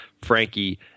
Frankie